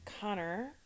Connor